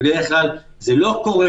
בדרך-כלל זה לא קורה.